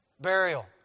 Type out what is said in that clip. burial